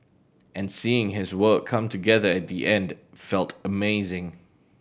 and seeing his work come together at the end felt amazing